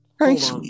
Thanks